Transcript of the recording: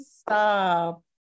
Stop